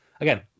Again